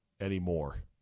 anymore